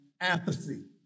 apathy